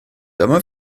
dyma